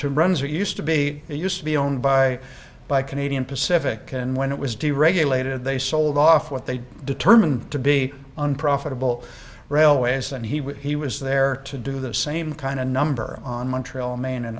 to runs it used to be used to be owned by by canadian pacific and when it was deregulated they sold off what they determined to be unprofitable railways and he was there to do the same kind of number on montreal ma